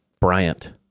bryant